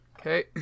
Okay